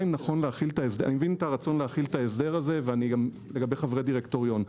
ני מבין את הרצון להחיל את ההסדר הזה לגבי חבר דירקטוריון.